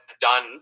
done